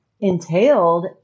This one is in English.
entailed